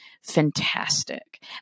Fantastic